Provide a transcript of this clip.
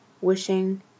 wishing